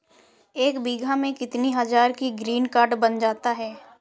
एक बीघा में कितनी हज़ार का ग्रीनकार्ड बन जाता है?